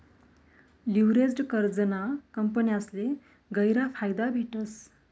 leveraged कर्जना कंपन्यासले गयरा फायदा भेटस